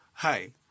Hi